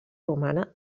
romana